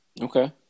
Okay